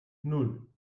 nan